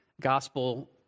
gospel